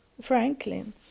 Franklin